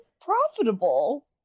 profitable